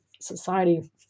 society